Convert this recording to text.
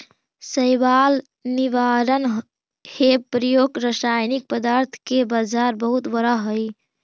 शैवाल निवारण हेव प्रयुक्त रसायनिक पदार्थ के बाजार बहुत बड़ा हई